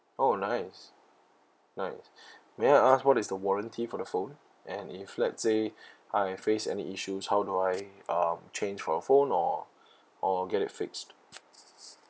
oh nice nice may I ask what is the warranty for the phone and if let's say I face any issues how do I um change for a phone or or get it fixed